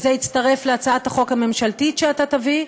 וזה יצטרף להצעת החוק הממשלתית שאתה תביא,